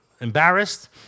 embarrassed